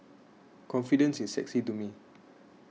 confidence is sexy to me